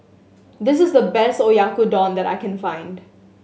this is the best Oyakodon that I can find